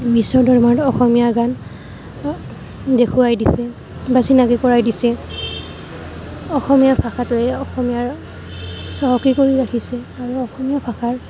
বিশ্ব দৰবাৰত অসমীয়া গান দেখুৱাই দিছে বা চিনাকি কৰাই দিছে অসমীয়া ভাষাটো এই অসমীয়াৰ চহকী কৰি ৰাখিছে আৰু অসমীয়া ভাষাৰ